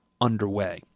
underway